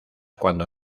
cuando